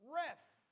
rest